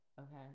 Okay